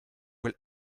will